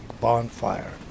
bonfire